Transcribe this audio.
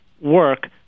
work